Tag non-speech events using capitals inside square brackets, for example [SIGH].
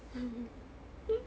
[LAUGHS]